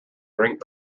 drink